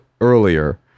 earlier